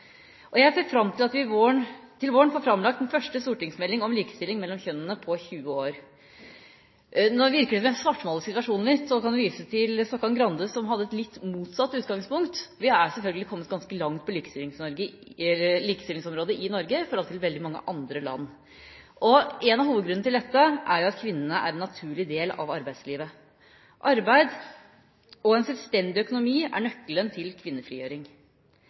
området. Jeg ser fram til at vi til våren får framlagt den første stortingsmelding om likestilling mellom kjønnene på 20 år. Nå virker det kanskje som at jeg svartmaler situasjonen litt, og jeg vil vise til Stokkan-Grande, som hadde et litt motsatt utgangspunkt. Vi har selvfølgelig kommet ganske langt på likestillingsområdet i Norge i forhold til veldig mange andre land. En av hovedgrunnene til dette er at kvinnene er en naturlig del av arbeidslivet. Arbeid og en selvstendig økonomi er nøkkelen til kvinnefrigjøring.